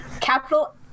Capital